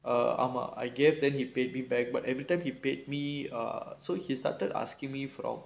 ah ஆமா:aamaa I gave that he paid me back but everytime he paid me err so he started asking me for all